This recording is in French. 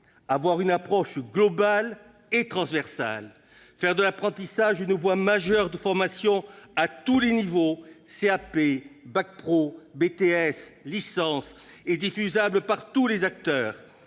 avoir une approche globale et transversale, faire de l'apprentissage une voie majeure de formation à tous les niveaux- CAP, bac pro, BTS, licence -et diffusable par tous les acteurs-